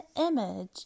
image